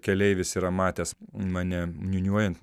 keleivis yra matęs mane niūniuojant